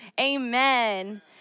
amen